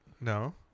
no